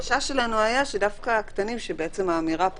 החשש שלנו היה שדווקא לגבי הקטנים, האמירה פה